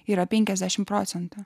yra penkiasdešim procentų